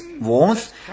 warmth